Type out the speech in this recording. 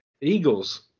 Eagles